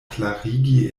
klarigi